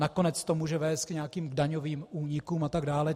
Nakonec to může vést k nějakým daňovým únikům a tak dále.